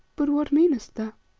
but what meanest thou? oh!